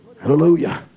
hallelujah